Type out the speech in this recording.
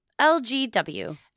LGW